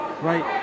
right